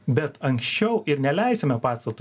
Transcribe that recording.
bet anksčiau ir neleisime pastatui